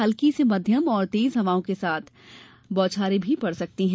हल्की से मध्यम और तेज हवाओं के साथ तेज़ बौछारें पड़ सकती हैं